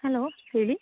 hello ಹೇಳಿ